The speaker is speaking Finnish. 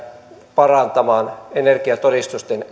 parantamaan energiatodistusten